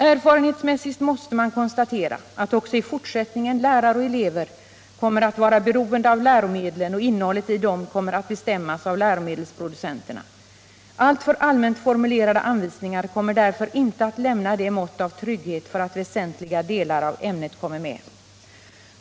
Erfarenhetsmässigt måste man konstatera att också i fortsättningen lärare och elever kommer att vara beroende av läromedlen, och innehållet i dem kommer att bestämmas av läromedelsproducenterna. Alltför allmänt formulerade anvisningar kommer därför inte att lämna nödvändigt mått av trygghet för att väsentliga delar av ämnet kommer med.